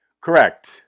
Correct